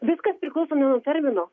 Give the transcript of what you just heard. viskas priklauso nuo termino